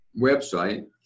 website